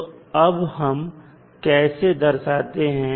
तो अब हम इसे कैसे दर्शाते हैं